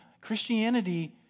Christianity